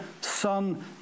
Son